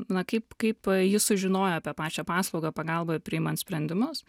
na kaip kaip ji sužinojo apie pačią paslaugą pagalbą priimant sprendimus